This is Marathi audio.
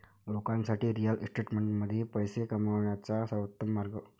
लोकांसाठी रिअल इस्टेटमध्ये पैसे कमवण्याचा सर्वोत्तम मार्ग